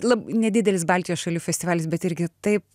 lab nedidelis baltijos šalių festivalis bet irgi taip